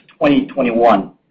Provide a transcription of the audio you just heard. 2021